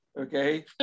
okay